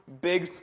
big